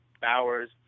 Bowers